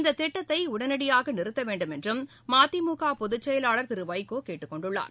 இந்த திட்டத்தை உடனடியாக நிறுத்த வேண்டுமென்றும் மதிமுக பொதுச்செயலாளா் திரு வைகோ கேட்டுக் கொண்டுள்ளார்